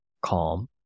calm